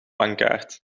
bankkaart